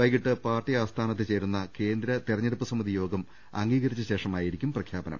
വൈകീട്ട് പാർട്ടി ആസ്ഥാനത്ത് ചേരുന്നം കേന്ദ്ര തെരഞ്ഞെടുപ്പ് സമിതി യോഗം അംഗീകരിച്ച ശേഷമായിരിക്കും പ്രഖ്യാപനം